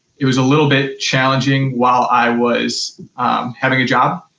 it was a little bit challenging while i was having a job,